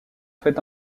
fait